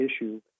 issue